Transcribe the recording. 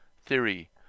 theory